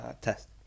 test